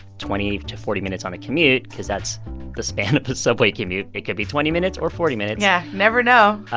twenty to forty minutes on a commute because that's the span of the subway commute it could be twenty minutes or forty minutes. yeah, never know.